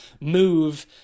move